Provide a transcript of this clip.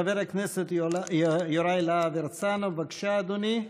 חבר הכנסת יוראי להב הרצנו, בבקשה, אדוני,